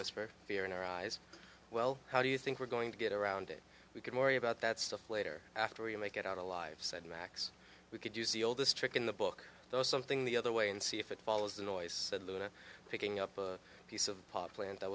was for fear in our eyes well how do you think we're going to get around it we could morey about that stuff later after you make it out alive said max we could use the oldest trick in the book though something the other way and see if it follows the noise said luna picking up a piece of pot plant that